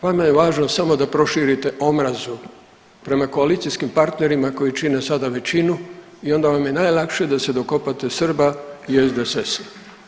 Vama je važno samo da proširite omrazu prema koalicijskim partnerima koji čine sada većinu i onda vam je najlakše da se dokopate Srba i SDSS-a.